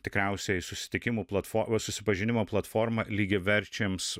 tikriausiai susitikimų platforma susipažinimo platforma lygiaverčiams